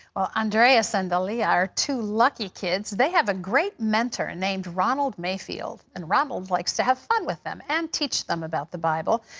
ah andreas and alia are two lucky kids. they have a great mentor named ronald mayfield. and ronald likes to have fun with them and teach them about the bible.